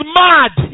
mad